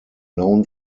known